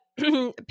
people